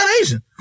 Asian